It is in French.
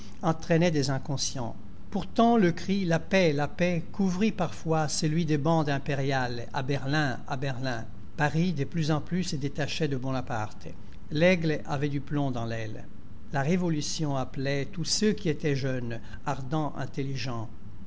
entraînaient des inconscients pourtant le cri la paix la paix couvrit parfois celui des bandes impériales a berlin à berlin paris de plus en plus se détachait de bonaparte l'aigle avait du plomb dans l'aile la révolution appelait tout ceux qui étaient jeunes ardents intelligents